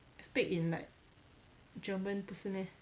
speak in like german 不是 meh